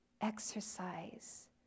exercise